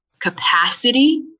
capacity